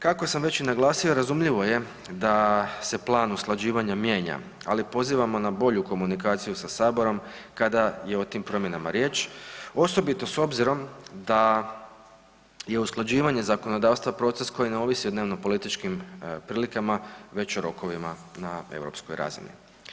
Kako sam već i naglasio, razumljivo je da se plan usklađivanja mijenja, ali pozivamo na bolju komunikaciju sa saborom kada je o tim promjenama riječ osobito s obzirom da je usklađivanje zakonodavstva proces koji ne ovisi o dnevnopolitičkim prilikama već o rokovima na europskoj razini.